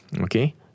Okay